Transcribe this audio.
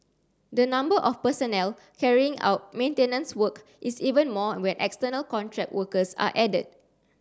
the number of personnel carrying out maintenance work is even more when external contract workers are added